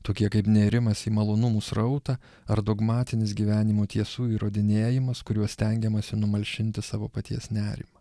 tokie kaip nerimas į malonumų srautą ar dogmatinis gyvenimo tiesų įrodinėjimas kuriuos stengiamasi numalšinti savo paties nerimą